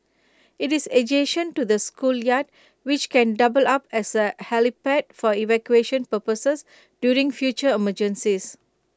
IT is adjacent to the schoolyard which can double up as A helipad for evacuation purposes during future emergencies